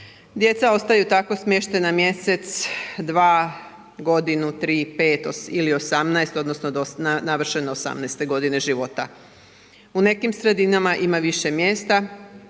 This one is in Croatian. Djeca ostaju tako smještena mjesec, dva, godinu, tri, pet ili 18 odnosno do navršene 18-te godine života. U nekim sredinama ima više mjesta